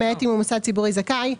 למעט אם הוא מוסד ציבורי זכאי,